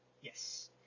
Yes